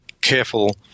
careful